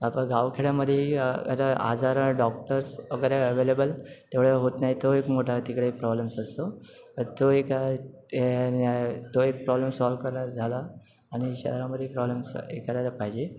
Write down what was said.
गावखेड्यामधेही आता आजार डॉक्टर्स वगैरे अवेलेबल तेवढ्या होत नाही तो एक मोठा तिकडे प्रॉब्लेम्स असतो तो एक तो एक प्रॉब्लेम सॉल्व करायला झाला आणि शहरामधे प्रॉब्लेम्स हे करायला पाहिजे